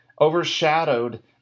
overshadowed